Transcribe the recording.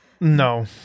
No